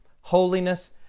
holiness